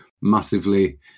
massively